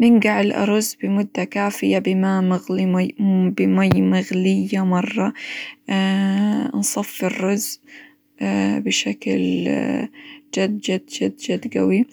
ننقع الأرز بمدة كافية بماء مغلي -مر- بمي مغلية مرة، نصفي الرز، بشكل جد جد جد جد قوي،